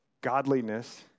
Godliness